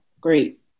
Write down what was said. Great